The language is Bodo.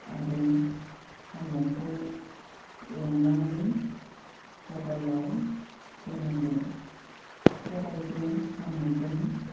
आरो साम'खौ एवनानै सबायाव होनांगौ सबायजों साम'जों